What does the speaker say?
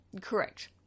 Correct